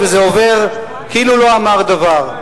וזה עובר כאילו לא אמר דבר.